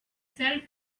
shelf